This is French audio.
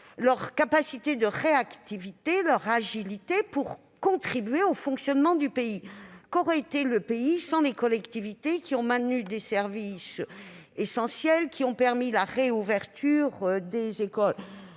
leur réactivité et de leur agilité pour contribuer au fonctionnement du pays. Qu'aurait été notre pays sans les collectivités, qui ont maintenu des services essentiels et permis la réouverture des écoles ?